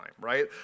right